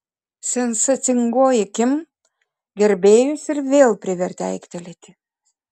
sensacingoji kim gerbėjus ir vėl privertė aiktelėti